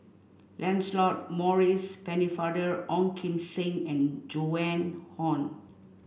Lancelot Maurice Pennefather Ong Kim Seng and Joan Hon